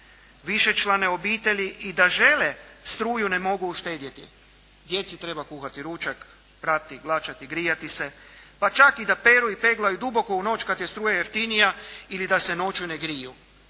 Višečlane obitelji i da žele struju ne mogu uštedjeti. Djeci treba kuhati ručak, prati, glačati, grijati se, pa čak i da peru i peglaju duboko u noć kad je struja jeftinija ili da se noću ne griju,